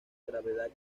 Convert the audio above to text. gravedad